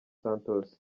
santos